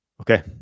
Okay